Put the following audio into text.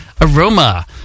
Aroma